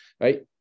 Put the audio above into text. right